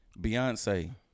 Beyonce